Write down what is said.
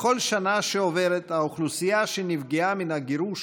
בכל שנה שעוברת האוכלוסייה שנפגעה מן הגירוש